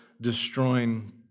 destroying